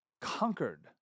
conquered